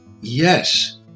Yes